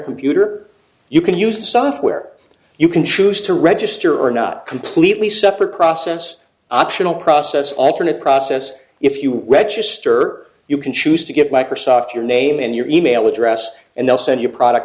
computer you can use the software you can choose to register or not completely separate process optional process alternate process if you wet your stir you can choose to give microsoft your name and your email address and they'll send you product